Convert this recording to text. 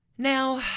Now